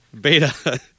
Beta